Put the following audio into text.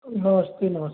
नमस्ते नमस्ते